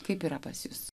kaip yra pas jus